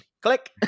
Click